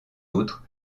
autres